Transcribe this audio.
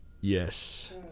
Yes